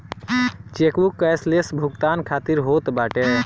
chequebook cashless भुगतान खातिर होत बाटे